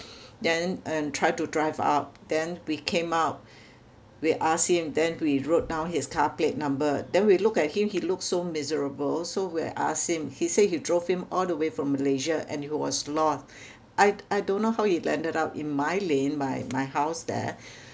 then and try to drive up then we came out we ask him then we wrote down his car plate number then we look at him he looked so miserable so we asked him he say he drove him all the way from Malaysia and he was lost I I don't know how he landed up in my lane my my house there